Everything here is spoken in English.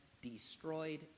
destroyed